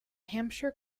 hampshire